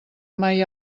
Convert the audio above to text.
mai